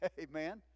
Amen